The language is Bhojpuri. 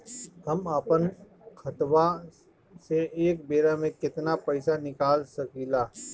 हम आपन खतवा से एक बेर मे केतना पईसा निकाल सकिला?